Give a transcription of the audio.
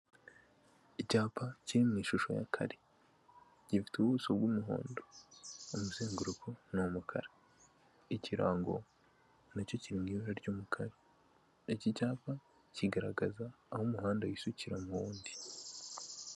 Icyapa kiri mu ishusho ya kare, gifite ubuso bw'umuhondo, umuzenguruko ni umukara, ikirango nacyo kiri mu ibara ry'umukara, iki cyapa kigaragaza aho umuhanda wisukira mu wundi.